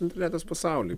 internetas pasauly